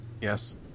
Yes